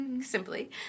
simply